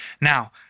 Now